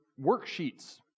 worksheets